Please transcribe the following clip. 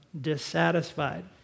dissatisfied